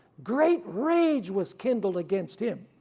great rage was kindled against him,